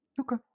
okay